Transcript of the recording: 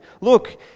Look